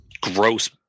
gross